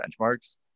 benchmarks